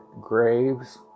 graves